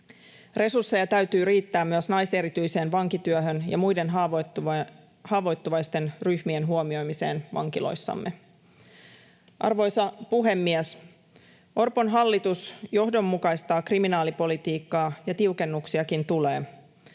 Resursseja täytyy riittää myös naiserityiseen vankityöhön ja muiden haavoittuvaisten ryhmien huomioimiseen vankiloissamme. Arvoisa puhemies! Orpon hallitus johdonmukaistaa kriminaalipolitiikkaa, ja tiukennuksiakin tulee.